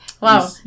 Wow